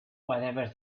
whatever